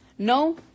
No